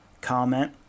comment